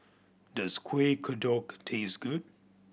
does Kueh Kodok taste good